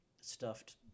stuffed